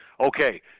Okay